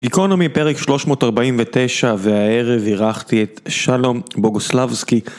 איקונומי, פרק 349, והערב אירחתי את שלום בוגוסלבסקי.